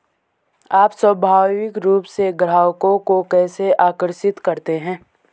आप स्वाभाविक रूप से ग्राहकों को कैसे आकर्षित करते हैं?